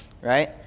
right